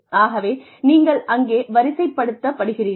ஆகவே நீங்கள் அங்கே வரிசைப்படுத்த படுகிறீர்கள்